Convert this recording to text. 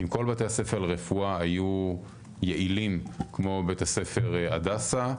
אם כל בתי הספר לרפואה היו יעילים כמו בית הספר "הדסה",